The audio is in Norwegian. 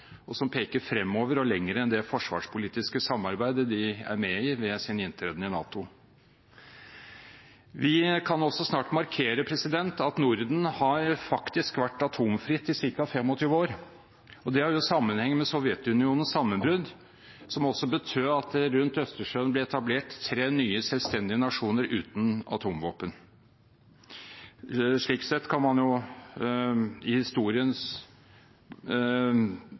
og som peker fremover og lenger enn det forsvarspolitiske samarbeidet de er med i ved sin inntreden i NATO. Vi kan også snart markere at Norden faktisk har vært atomfritt i ca. 25 år. Det har sammenheng med Sovjetunionens sammenbrudd, som også betød at det rundt Østersjøen ble etablert tre nye selvstendige nasjoner uten atomvåpen. Slik sett kan man i historiens